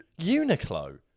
Uniqlo